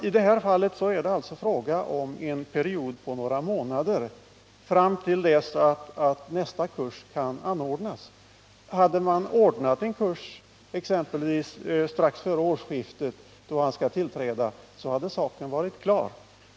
I detta fall rör det sig om en period på några månader till dess nästa kurs kan anordnas. Hade man ordnat en kurs t.ex. strax före årsskiftet, då han skall tillträda, hade saken varit klar.